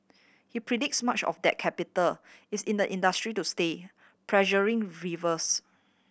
he predicts much of that capital is in the industry to stay pressuring rivals